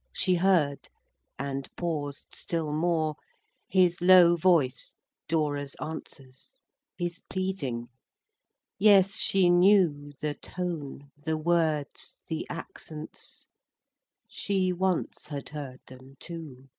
she heard and paused still more his low voice dora's answers his pleading yes, she knew the tone the words the accents she once had heard them too.